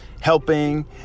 helping